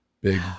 big